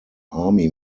army